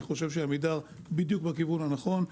עמידר בדיוק בכיוון הנכון.